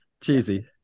Cheesy